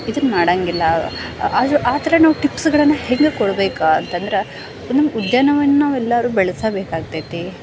ಇದನ್ನ ಮಾಡೋಂಗಿಲ್ಲ ಆದ್ರೂ ಆ ಥರ ನಾವು ಟಿಪ್ಸ್ಗಳನ್ನು ಹೆಂಗೆ ಕೊಡಬೇಕ ಅಂತಂದ್ರೆ ನಮ್ಮ ಉದ್ಯಾನವನ್ನ ನಾವೆಲ್ಲರೂ ಬೆಳೆಸ ಬೇಕಾಗ್ತೈತಿ